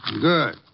Good